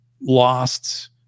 lost